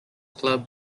club